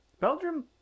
Belgium